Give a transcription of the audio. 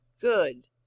Good